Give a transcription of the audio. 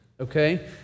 okay